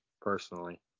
personally